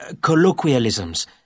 colloquialisms